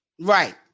Right